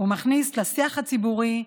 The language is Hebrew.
ומכניס לשיח הציבורי,